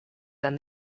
than